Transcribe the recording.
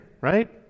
right